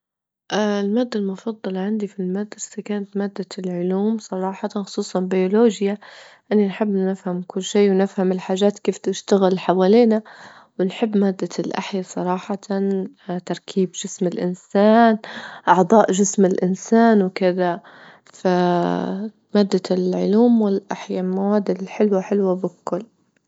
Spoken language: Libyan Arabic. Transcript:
المادة المفضلة عندي في المدرسة كانت مادة العلوم صراحة، خصوصا بيولوجيا لأني نحب نفهم كل شيء، ونفهم الحاجات كيف تشتغل حوالينا، ونحب مادة الأحيا صراحة، تركيب جسم الانسان أعضاء جسم الانسان وكذا، فمادة العلوم والأحيا المواد الحلوة- حلوة بالكل.